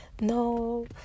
no